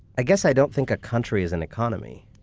i guess i don't think a country is an economy.